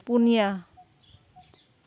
ᱯᱩᱱᱤᱭᱟ